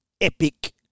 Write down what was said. epic